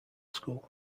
school